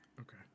Okay